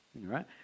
right